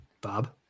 Bob